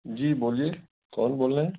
جی بولیے کون بول رہے ہیں